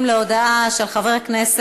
(תיקון,